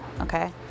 okay